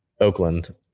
Oakland